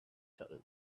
shutters